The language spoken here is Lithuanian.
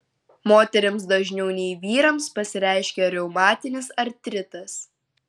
moterims dažniau nei vyrams pasireiškia reumatinis artritas